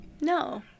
No